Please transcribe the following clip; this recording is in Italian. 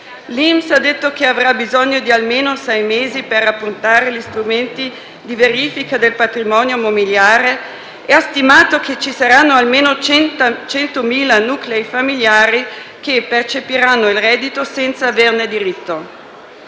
L'INPS ha detto che avrà bisogno di almeno sei mesi per approntare gli strumenti di verifica del patrimonio mobiliare e ha stimato che ci saranno almeno 100.000 nuclei familiari che percepiranno il reddito senza averne diritto.